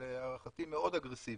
להערכתי מאוד אגרסיבית,